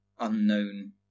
Unknown